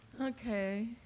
Okay